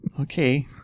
Okay